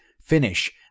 finish